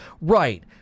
Right